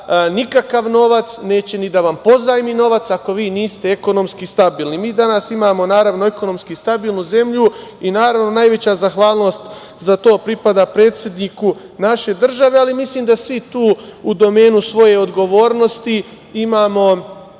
nikakav novac, neće ni da vam pozajmi novac ako vi niste ekonomski stabilni. Mi danas imamo ekonomski stabilnu zemlju i najveća zahvalnost za to pripada predsedniku naše države, ali mislim da svi tu u domenu svoje odgovornosti imamo